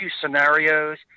scenarios